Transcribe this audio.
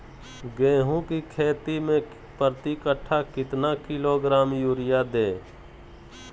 गेंहू की खेती में प्रति कट्ठा कितना किलोग्राम युरिया दे?